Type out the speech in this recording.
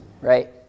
right